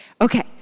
Okay